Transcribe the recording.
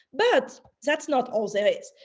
but that's not all there is.